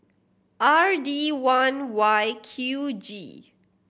R D one Y Q G